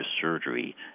surgery